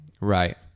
right